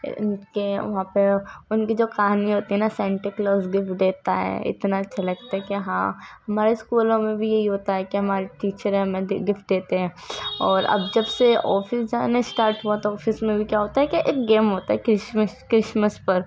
کہ وہاں پہ ان کی جو کہانی ہوتی ہے نا سینٹا کلوز گفٹ دیتا ہے اتنا اچھا لگتا کہ ہاں ہمارے اسکولوں میں بھی یہی ہوتا ہے کہ ہمارے ٹیچر ہمیں گفٹ دیتے ہیں اور اب جب سے آفس جانا اسٹارٹ ہوا تو آفس میں بھی کیا ہوتا ہے کہ ایک گیم ہوتا ہے کرسمس کرسمس پر